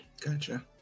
Gotcha